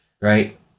right